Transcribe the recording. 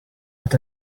that